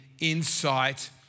Insight